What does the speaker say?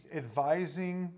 advising